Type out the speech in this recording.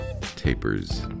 tapers